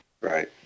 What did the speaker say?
Right